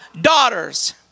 daughters